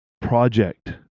project